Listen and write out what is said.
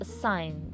signs